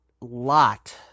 lot